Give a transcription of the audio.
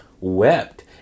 wept